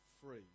free